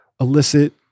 illicit